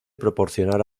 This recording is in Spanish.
proporcionar